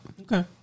Okay